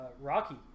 Rocky